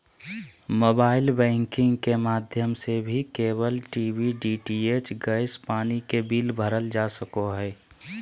mobile banking के माध्यम से भी केबल टी.वी, डी.टी.एच, गैस, पानी के बिल भरल जा सको हय